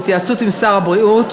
בהתייעצות עם שר הבריאות,